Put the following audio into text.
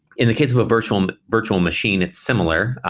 in the case of a virtual um virtual machine, it's similar,